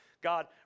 God